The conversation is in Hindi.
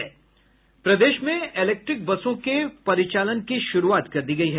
प्रदेश में इलेक्ट्रिक बसों के परिचालन की शुरुआत कर दी गयी है